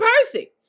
Percy